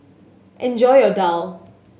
enjoy your daal